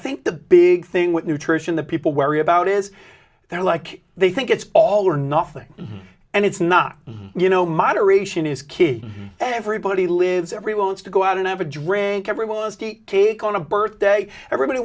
think the big thing with nutrition that people worry about is their like they think it's all or nothing and it's not you know moderation is kid everybody lives everyone wants to go out and have a drink everyone take on a birthday everybody